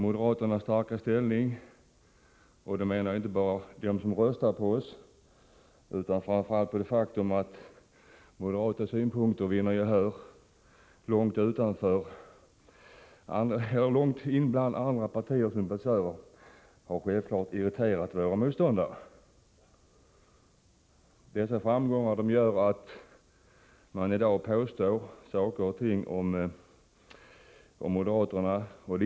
Moderaternas starka ställning — och då tänker jag inte bara på dem som röstar på oss utan framför allt på det faktum att moderata synpunkter vinner gehör långt in bland andra partiers sympatisörer — har självklart irriterat våra motståndare. Dessa framgångar gör att man i dag påstår saker och ting om moderaterna.